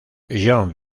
jon